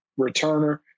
returner